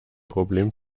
problem